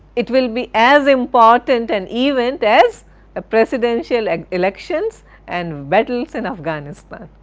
it will be as important an event as presidential and elections and battles in afghanistan.